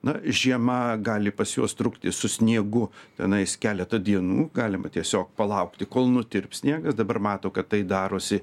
na žiema gali pas juos trukti su sniegu tenais keletą dienų galima tiesiog palaukti kol nutirps sniegas dabar mato kad tai darosi